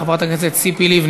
חברת הכנסת ציפי לבני,